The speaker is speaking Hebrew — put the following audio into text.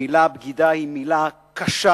המלה "בגידה" היא מלה קשה,